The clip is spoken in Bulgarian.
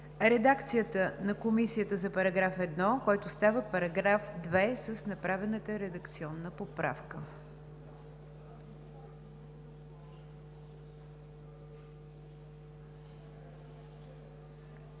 редакцията на Комисията за § 1, който става § 2, с направената редакционна поправка.